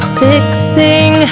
fixing